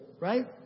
Right